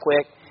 quick